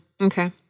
Okay